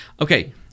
Okay